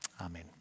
Amen